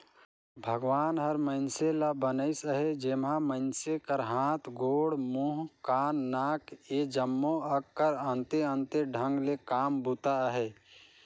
भगवान हर मइनसे ल बनाइस अहे जेम्हा मइनसे कर हाथ, गोड़, मुंह, कान, नाक ए जम्मो अग कर अन्ते अन्ते ढंग ले काम बूता अहे